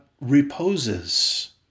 reposes